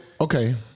okay